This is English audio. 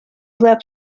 left